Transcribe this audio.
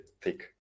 thick